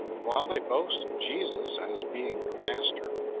while they boast of jesus as being their master,